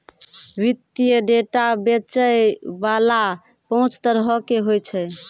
वित्तीय डेटा बेचै बाला पांच तरहो के होय छै